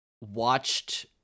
watched